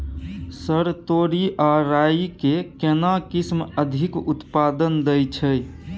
Sir तोरी आ राई के केना किस्म अधिक उत्पादन दैय छैय?